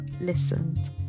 listened